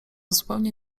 zupełnie